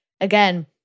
again